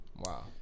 wow